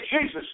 Jesus